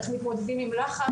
איך מתמודדים עם לחץ,